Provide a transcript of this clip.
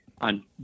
on